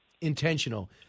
intentional